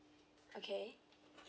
okay